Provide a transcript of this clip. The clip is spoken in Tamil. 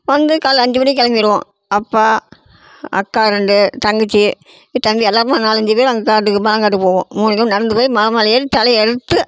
வந்து காலைல அஞ்சு மணிக்கு கிளம்பிருவோம் அப்பா அக்கா ரெண்டு தங்கச்சி தம்பி எல்லாமே நாலு அஞ்சு பேர் அங்கே காட்டுக்கு மலக்காட்டுக்குப் போவோம் மூணு கிலோமீட்டர் நடந்து போய் மலை மேலே ஏறி தழை அறுத்து